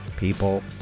people